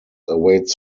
awaits